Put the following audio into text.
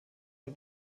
und